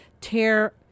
tear